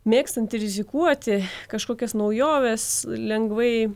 mėgstantį rizikuoti kažkokias naujoves lengvai